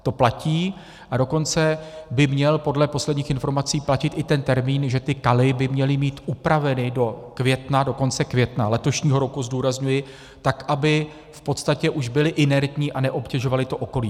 To platí, a dokonce by měl podle posledních informací platit i ten termín, že ty kaly by měly mít upraveny do května, do konce května letošního roku zdůrazňuji , tak aby v podstatě už byly inertní a neobtěžovaly okolí.